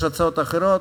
יש הצעות אחרות?